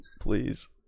please